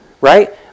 Right